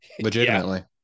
Legitimately